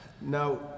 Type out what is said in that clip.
Now